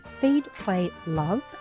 feedplaylove